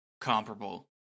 comparable